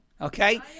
Okay